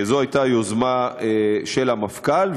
זו הייתה יוזמה של המפכ"ל,